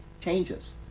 changes